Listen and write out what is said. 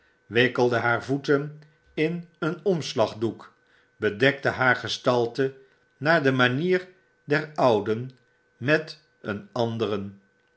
wikkelde haar voeten in een omslagdoek bedekte haar gestalte naar de manier der ouden met een anderen